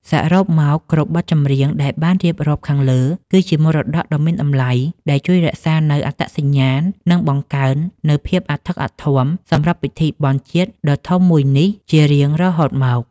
សរុបមក គ្រប់បទចម្រៀងដែលបានរៀបរាប់ខាងលើ គឺជាមរតកសិល្បៈដ៏មានតម្លៃដែលជួយរក្សានូវអត្តសញ្ញាណ និងបង្កើននូវភាពអធិកអធមសម្រាប់ពិធីបុណ្យជាតិដ៏ធំមួយនេះជារៀងរហូតមក។